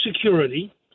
security